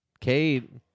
Kate